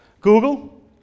Google